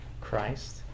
Christ